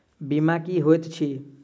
बीमा की होइत छी?